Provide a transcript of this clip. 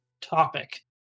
topic